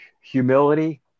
humility